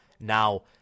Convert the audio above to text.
Now